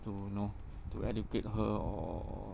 to you know to educate her or